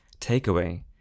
takeaway